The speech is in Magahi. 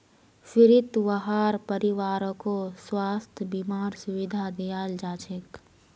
फ्रीत वहार परिवारकों स्वास्थ बीमार सुविधा दियाल जाछेक